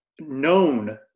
known